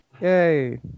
Yay